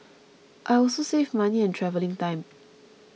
I also save money and travelling time